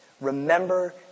remember